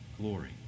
glory